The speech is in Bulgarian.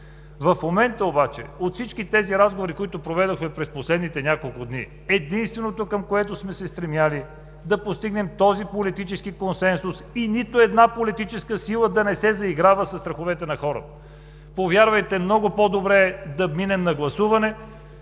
В момента обаче от всички тези разговори, които проведохме през последните няколко дни, единственото към което сме се стремели, е да постигнем този политически консенсус и нито една политическа сила да не се заиграва със страховете на хората. Повярвайте, много по-добре е да минем на гласуване